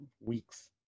weeks